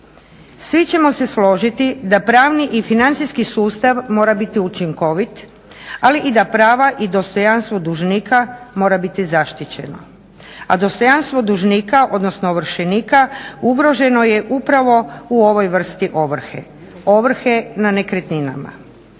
Svi ćemo se složiti da pravni i financijski sustav mora biti učinkovit ali i da prava i dostojanstvo dužnika mora biti zaštićeno a dostojanstvo dužnika odnosno ovršenika ugroženo je upravo u ovoj vrsti ovrhe, ovrhe na nekretninama.